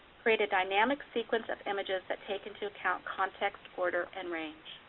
create a dynamic sequence of images that take into account context, order, and range.